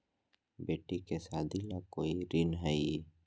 बेटी के सादी ला कोई ऋण हई?